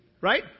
Right